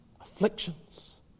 afflictions